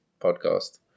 podcast